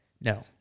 No